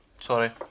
sorry